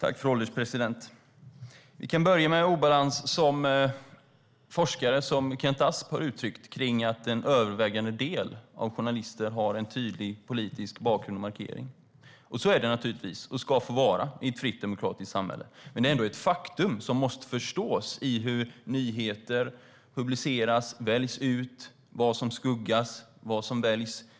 Fru ålderspresident! Vi kan börja med den obalans som forskare som Kent Asp har uttryckt kring att en övervägande del av journalister har en tydlig politisk bakgrund och markering. Och så är det naturligtvis och ska så få vara i ett fritt demokratiskt samhälle. Men det är ändå ett faktum som måste förstås när det gäller hur nyheter publiceras, väljs ut, vad som skuggas, vad som väljs.